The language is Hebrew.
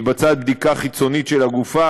מתבצעת בדיקה חיצונית של הגופה,